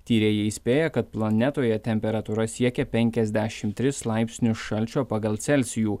tyrėjai įspėja kad planetoje temperatūra siekia penkiasdešimt tris laipsnius šalčio pagal celsijų